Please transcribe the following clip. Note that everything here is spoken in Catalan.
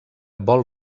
vol